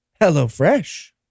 HelloFresh